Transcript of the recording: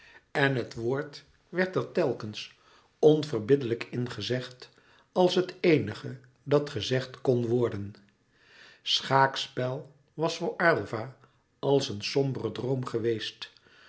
en het woord werd er telkens onverbiddelijk in gezegd als het eenige dat gezegd kon worden schaakspel was voor aylva als een sombere droom geweest